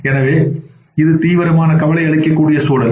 எனவே இது தீவிரமான கவலை அளிக்கக் கூடிய சூழல்